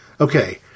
Okay